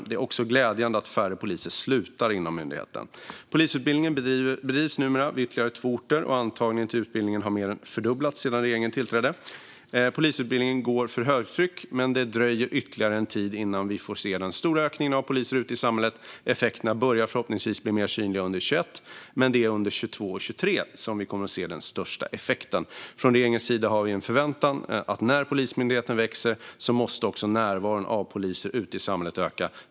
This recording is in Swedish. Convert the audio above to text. Det är också glädjande att färre poliser slutar inom myndigheten. Polisutbildning bedrivs numera vid ytterligare två orter, och antagningen till utbildningen har mer än fördubblats sedan regeringen tillträdde. Polisutbildningen går för högtryck, men det dröjer ytterligare en tid innan vi får se den stora ökningen av poliser ute i samhället. Effekterna börjar förhoppningsvis bli mer synliga under 2021, men det är under 2022-2023 som vi kommer att få se den största effekten. Från regeringens sida har vi en förväntan: När Polismyndigheten växer måste också närvaron av poliser ute i samhället öka.